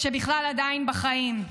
שבכלל עדיין בחיים.